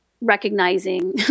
recognizing